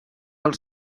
els